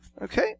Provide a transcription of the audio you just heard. Okay